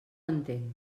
entenc